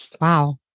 wow